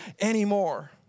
anymore